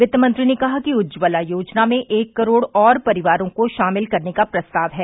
वित्तमंत्री ने कहा कि उज्ज्वला योजना में एक करोड़ और परिवारों को शामिल करने का प्रस्ताव है